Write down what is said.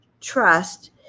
trust